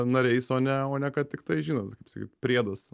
nariais o ne o ne kad tiktai žinot kaip sakyt priedas